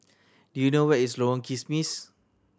do you know where is Lorong Kismis